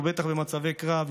ובטח במצבי קרב,